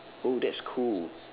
oh that's cool